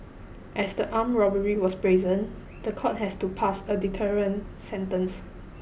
as the armed robbery was brazen the court has to pass a deterrent sentence